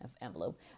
envelope